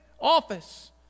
office